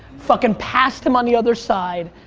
fucking passed him on the other side,